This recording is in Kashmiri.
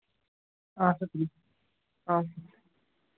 اَسا تُلِو اَس